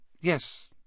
yes